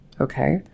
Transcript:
okay